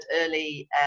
early